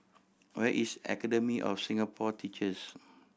where is Academy of Singapore Teachers